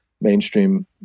mainstream